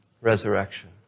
resurrection